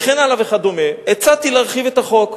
וכן הלאה וכדומה, הצעתי להרחיב את החוק.